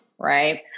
right